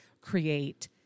create